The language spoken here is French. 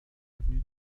avenue